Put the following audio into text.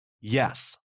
yes